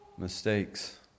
Mistakes